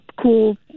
cool